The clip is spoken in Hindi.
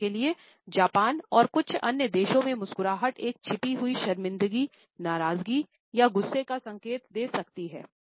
उदाहरण के लिए जापान और कुछ अन्य देशों में मुस्कुराहट एक छिपी हुई शर्मिंदगी नाराज़गी या गुस्से का संकेत दे सकती हैं